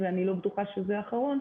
ואני לא בטוחה שזה האחרון,